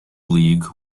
league